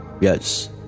yes